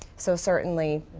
so certainly,